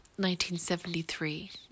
1973